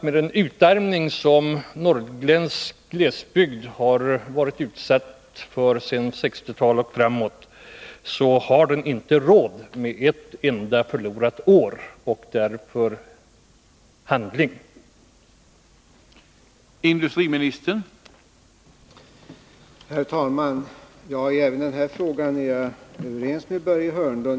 Med den utarmning som norrländsk glesbygd varit utsatt för sedan 1960-talet, så har man inte råd med ett enda förlorat år, och därför krävs det handling.